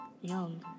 young